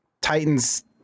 Titans